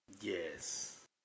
Yes